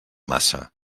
maça